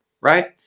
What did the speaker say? right